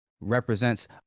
represents